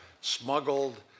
smuggled